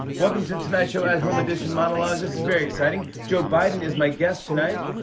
welcome to the tonight show at home edition monologue. this is very exciting. joe biden is my guest tonight.